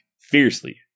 fiercely